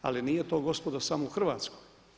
Ali nije to gospodo samo u Hrvatskoj.